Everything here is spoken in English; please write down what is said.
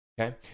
Okay